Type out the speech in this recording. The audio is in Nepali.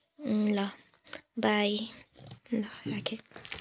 ल बाई ल राखेँ